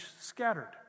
scattered